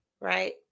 right